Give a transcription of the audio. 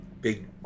big